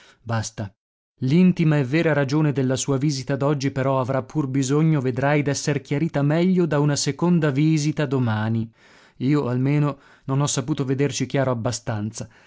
basta l'intima e vera ragione della sua visita d'oggi però avrà pur bisogno vedrai d'esser chiarita meglio da una seconda visita domani io almeno non ho saputo vederci chiaro abbastanza